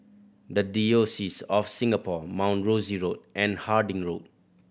The Diocese of Singapore Mount Rosie Road and Harding Road